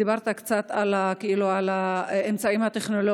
דיברת קצת על האמצעים הטכנולוגיים.